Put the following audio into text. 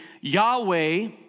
Yahweh